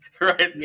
Right